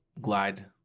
glide